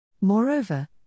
Moreover